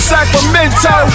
Sacramento